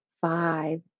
five